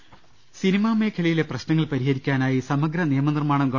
ക്കാട് cinema മേഖലയിലെ പ്രശ്നങ്ങൾ പരിഹരിക്കാനായി സമഗ്ര നിയമനിർമ്മാണം ഗവ